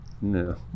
No